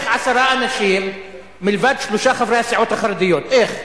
מה זאת אומרת?